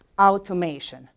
automation